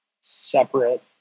separate